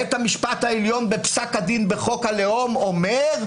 בית המשפט העליון בפסק הדין בחוק הלאום אומר,